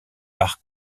par